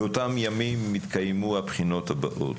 באותם ימים התקיימו הבחינות הבאות: